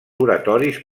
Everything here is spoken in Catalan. oratoris